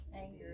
Anger